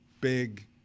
big